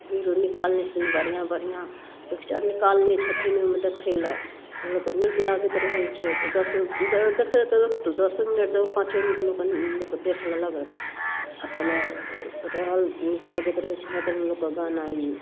तऽ हीरो निकालने छथिन बढ़िआँ बढ़िआँ पिक्चर निकालने छथिन ओइमे देखै लै तऽ लोकके नीक लागैत रहै छै तऽ दस देखैके दसो मिनट देखू पाँचो मिनट कनी लोक देख लेलक अपन रहल नीक लगैत रहै छै हरदम लोकके गाना ई